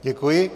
Děkuji.